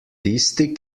tisti